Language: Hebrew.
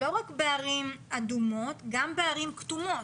לא רק בערים אדומות אלא גם בערים כתומות.